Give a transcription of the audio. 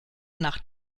nach